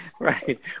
Right